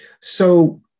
So-